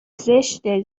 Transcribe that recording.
زشته